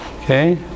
okay